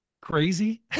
crazy